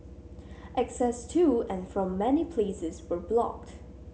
access to and from many places were blocked